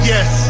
Yes